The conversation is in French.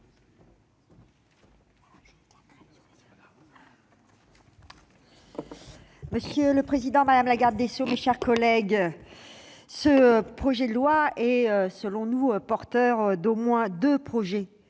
Monsieur le président, madame la garde des sceaux, mes chers collègues, ce projet de loi est porteur, selon nous, d'au moins deux projets